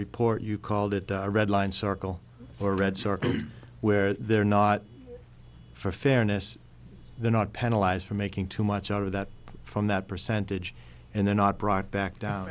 report you called it a red line circle or red circle where they're not for fairness they're not penalize for making too much out of that from that percentage and they're not brought back down